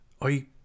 I